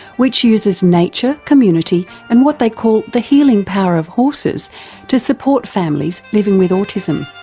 which uses nature, community and what they call the healing power of horses to support families living with autism.